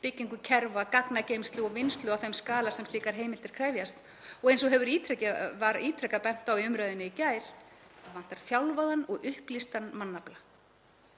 byggingu kerfa, gagnageymslu og vinnslu á þeim skala sem slíkar heimildir krefjast og eins og var ítrekað bent á í umræðunni í gær þá vantar þjálfaðan og upplýstan mannafla.